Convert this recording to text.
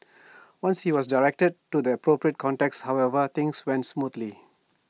once he was directed to the appropriate contacts however things went smoothly